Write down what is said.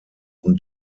und